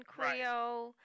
Creole